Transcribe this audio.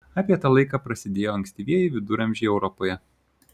apie tą laiką prasidėjo ankstyvieji viduramžiai europoje